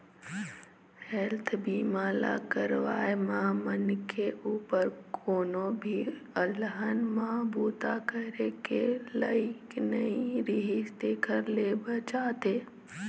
health बीमा ल करवाए म मनखे उपर कोनो भी अलहन म बूता करे के लइक नइ रिहिस तेखर ले बचाथे